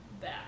back